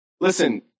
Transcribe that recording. Listen